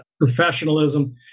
professionalism